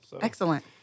Excellent